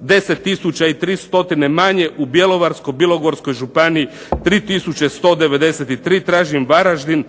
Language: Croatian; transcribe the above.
10300 manje. U Bjelovarsko-bilogorskoj županiji 3193. Tražim Varaždin.